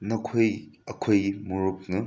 ꯅꯈꯣꯏ ꯑꯩꯈꯣꯏꯒꯤ ꯃꯔꯨꯞꯅ